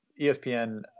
ESPN